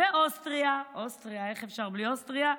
ואוסטריה, אוסטריה, איך אפשר בלי אוסטריה?